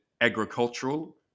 agricultural